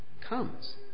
comes